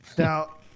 Now